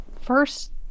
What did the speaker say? first